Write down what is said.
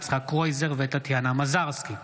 יצחק קרויזר וטטיאנה מזרסקי